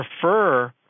prefer